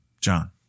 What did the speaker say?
John